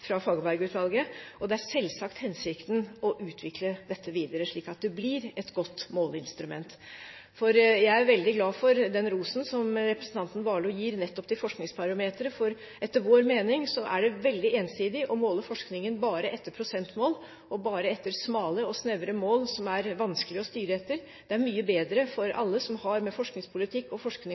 Hensikten er selvsagt å utvikle dette videre, slik at det blir et godt måleinstrument. Jeg er veldig glad for den rosen representanten Warloe gir nettopp til Forskningsbarometeret, for etter vår mening er det veldig ensidig å måle forskningen bare etter prosentmål og bare etter smale og snevre mål som er vanskelig å styre etter. Det er mye bedre for alle som har med forskningspolitikk og forskning